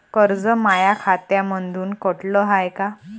कर्ज माया खात्यामंधून कटलं हाय का?